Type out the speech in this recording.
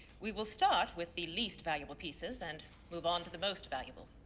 we will start with the least valuable pieces, and move on to the most valuable.